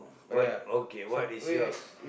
what okay what is yours